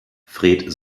fred